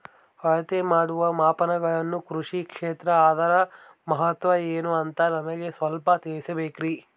ಅಳತೆ ಮಾಡುವ ಮಾಪನಗಳು ಕೃಷಿ ಕ್ಷೇತ್ರ ಅದರ ಮಹತ್ವ ಏನು ಅಂತ ನಮಗೆ ಸ್ವಲ್ಪ ತಿಳಿಸಬೇಕ್ರಿ?